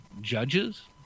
judges